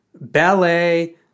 ballet